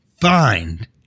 find